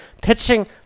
Pitching